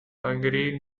hungary